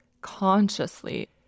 consciously